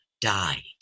died